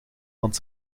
want